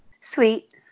Sweet